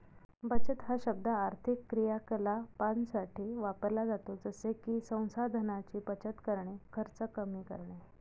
बचत हा शब्द आर्थिक क्रियाकलापांसाठी वापरला जातो जसे की संसाधनांची बचत करणे, खर्च कमी करणे